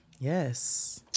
yes